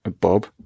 Bob